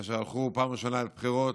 כאשר הלכו בפעם הראשונה לבחירות,